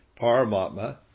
Paramatma